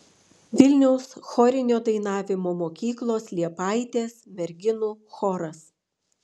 vilniaus chorinio dainavimo mokyklos liepaitės merginų choras